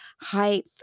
height